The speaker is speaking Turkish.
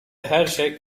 herşey